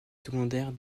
secondaire